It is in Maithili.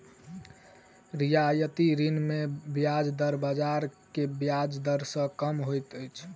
रियायती ऋण मे ब्याज दर बाजार के ब्याज दर सॅ कम होइत अछि